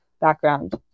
background